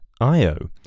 Io